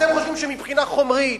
אתם חושבים שמבחינה חומרית,